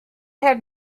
had